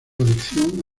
adicción